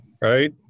right